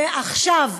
ועכשיו,